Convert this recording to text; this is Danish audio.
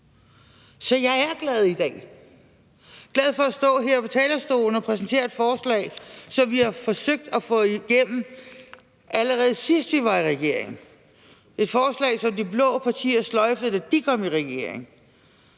Så jeg er glad i dag, glad for at stå her på talerstolen og præsentere et forslag, som vi forsøgte at få igennem, allerede sidst vi var i regering; et forslag, som de blå partier sløjfede, da de kom i regering.